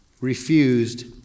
refused